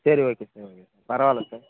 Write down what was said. ச ரி okay sir okay sir பரவாயில்ல சார்